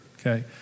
okay